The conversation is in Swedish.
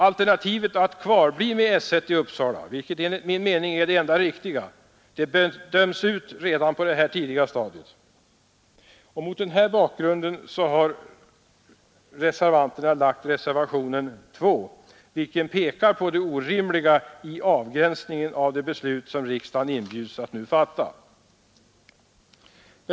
Alternativet att kvarbli i Uppsala, vilket enligt min mening är det riktiga, döms ut redan på detta tidiga stadium. Möt denna bakgrund har reservanterna till betänkandet fogat reservationen 2, vilken pekar på det orimliga i avgränsningen av det beslut som riksdagen inbjudes att nu fatta.